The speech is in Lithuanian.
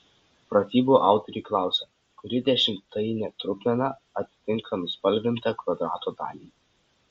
pratybų autoriai klausia kuri dešimtainė trupmena atitinka nuspalvintą kvadrato dalį